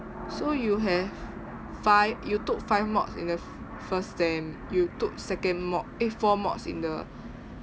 so you have five you took five mods in the first sem you took second mod eh four mods in the